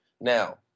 Now